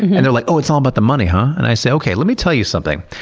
and they're like, oh, it's all about the money, huh? and i say, okay, let me tell you something.